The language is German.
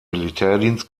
militärdienst